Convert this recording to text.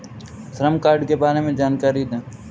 श्रम कार्ड के बारे में जानकारी दें?